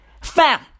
Fam